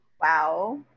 Wow